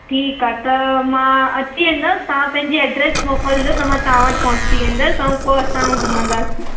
ठीकु आहे त मां अची वेंदसि तव्हां पंहिंजी एड्रेस मोलिकिजो त मां तव्हां वटि पहुची वेंदसि ऐं पोइ असां उहो घुमंदासीं